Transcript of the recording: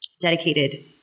dedicated